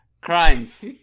crimes